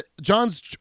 John's